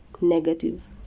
negative